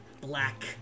black